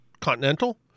Continental